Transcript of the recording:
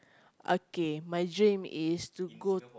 okay my dream is to go